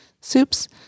soups